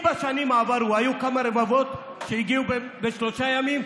אם בשנים עברו היו כמה רבבות שהגיעו בשלושה ימים,